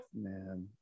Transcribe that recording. Man